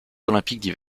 olympiques